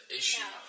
issue